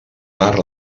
per